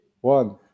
One